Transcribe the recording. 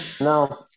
No